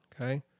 Okay